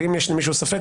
ואם יש למישהו ספק,